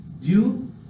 due